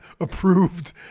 approved